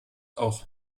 auch